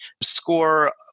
score